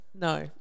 no